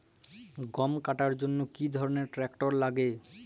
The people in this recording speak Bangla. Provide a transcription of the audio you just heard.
গম কাটার জন্য কি ধরনের ট্রাক্টার লাগে?